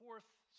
Fourth